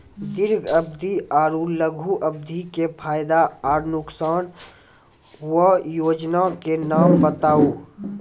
दीर्घ अवधि आर लघु अवधि के फायदा आर नुकसान? वयोजना के नाम बताऊ?